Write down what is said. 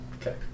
Okay